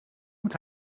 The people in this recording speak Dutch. moet